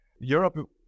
Europe